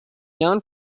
known